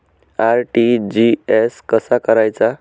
RTGS कसा करायचा?